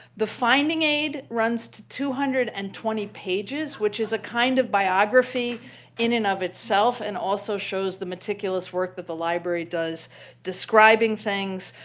the finding aid runs to two hundred and twenty pages which is a kind of biography in and of itself, and also shows the meticulous work that the library does describing things.